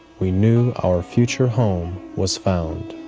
we knew our future home was found.